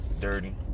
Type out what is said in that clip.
dirty